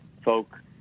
folk